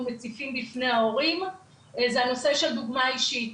מציפים בפני ההורים זה הנושא של הדוגמא האישית.